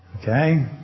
Okay